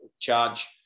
charge